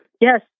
yes